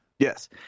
Yes